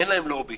אין להם לובי